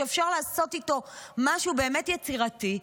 שאפשר לעשות איתו משהו באמת יצירתי,